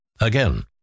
Again